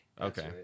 Okay